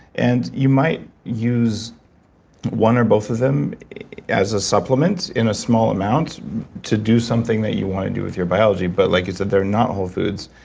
and you might use one or both of them as a supplement in a small amount to do something that you want to do with your biology. but like you said they're not whole foods,